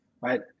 right